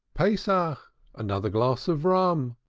pesach, another glass of rum,